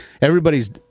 Everybody's